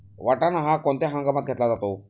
वाटाणा हा कोणत्या हंगामात घेतला जातो?